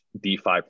DeFi